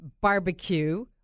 Barbecue